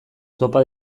topa